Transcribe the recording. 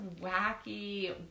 wacky